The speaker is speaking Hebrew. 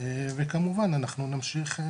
וכמובן אנחנו נמשיך.